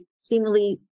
seemingly